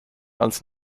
als